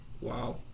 Wow